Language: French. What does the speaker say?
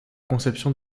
conception